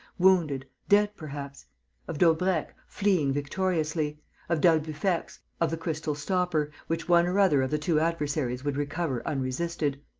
wounded, dead perhaps of daubrecq, fleeing victoriously of d'albufex of the crystal stopper, which one or other of the two adversaries would recover unresisted.